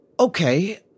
Okay